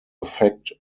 affect